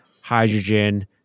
hydrogen